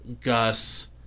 Gus